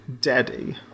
Daddy